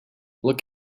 look